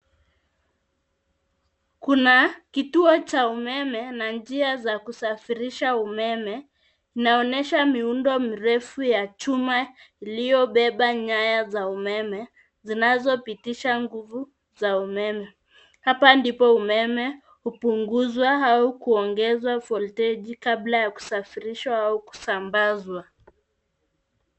Kuna kituo cha umeme na njia za kusafirisha umeme inaonyesha miundo mirefu ya chuma iliyo beba nyaya za umeme zinazopitisha nguvu za umeme ,hapa ndipo umeme hupunguzwa au kuongezwa volteji kabla ya kusafirishwa au kusambazwa.